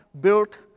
built